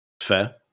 Fair